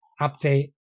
update